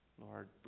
Lord